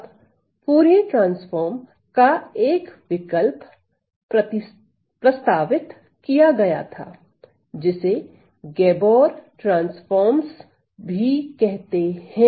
तब Fourier transform का एक विकल्प प्रस्तावित किया गया था जिसे गैबोर ट्रांसफार्मस भी कहते हैं